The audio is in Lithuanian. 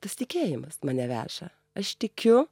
tas tikėjimas mane veža aš tikiu